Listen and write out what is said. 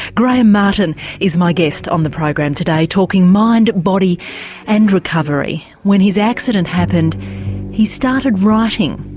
graham martin is my guest on the program today, talking mind, body and recovery. when his accident happened he started writing.